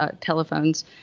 telephones